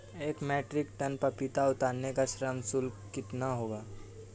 एक metric ton पपीता उतारने का श्रम शुल्क कितना होगा?